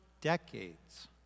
decades